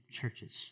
churches